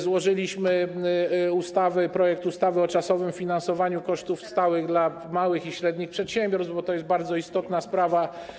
Złożyliśmy projekt ustawy o czasowym finansowaniu kosztów stałych dla małych i średnich przedsiębiorstw, bo to jest bardzo istotna sprawa.